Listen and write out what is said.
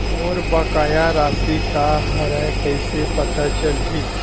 मोर बकाया राशि का हरय कइसे पता चलहि?